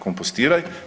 Kompostiraj.